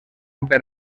per